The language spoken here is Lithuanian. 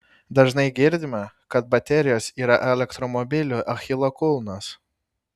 dažnai girdima kad baterijos yra elektromobilių achilo kulnas